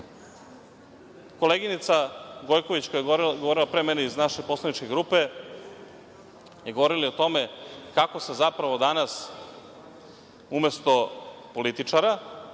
ekspert. Koleginica Gojković, koja je govorila pre mene iz naše poslaničke grupe, je govorila i o tome kako se zapravo danas umesto političara